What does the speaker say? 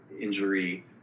injury